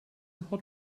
hot